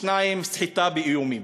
2. סחיטה באיומים,